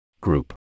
Group